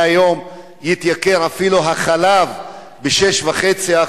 היום מתייקר אפילו החלב ב-6.5%,